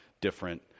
different